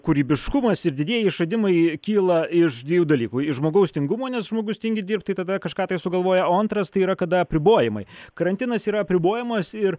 kūrybiškumas ir didieji išradimai kyla iš dviejų dalykų iš žmogaus tingumo nes žmogus tingi dirbti tada kažką tai sugalvoja o antras tai yra kada apribojimai karantinas yra apribojamas ir